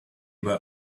were